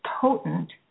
potent